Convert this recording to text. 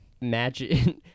magic